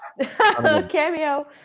Cameo